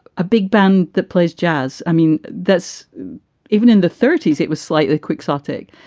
a big band that plays jazz. i mean, that's even in the thirty s. it was slightly quixotic,